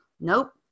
Nope